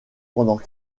pendant